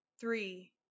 Three